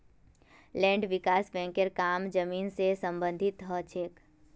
land विकास बैंकेर काम जमीन से सम्बंधित ह छे